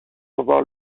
revoir